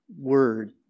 word